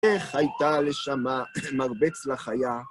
איך הייתה לשמה מרבץ לחיה?